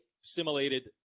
simulated